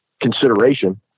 consideration